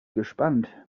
gespannt